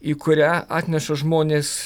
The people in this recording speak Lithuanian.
į kurią atneša žmonės